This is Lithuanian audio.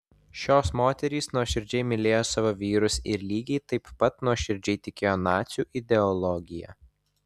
šios moterys nuoširdžiai mylėjo savo vyrus ir lygiai taip pat nuoširdžiai tikėjo nacių ideologija